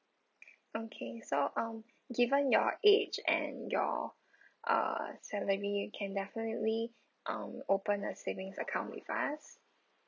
okay so um given your age and your uh salary you can definitely um open a savings account with us